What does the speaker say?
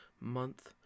month